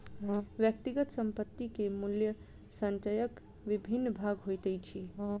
व्यक्तिगत संपत्ति के मूल्य संचयक विभिन्न भाग होइत अछि